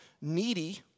needy